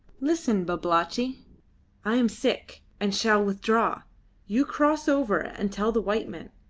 listen, babalatchi i am sick, and shall withdraw you cross over and tell the white men.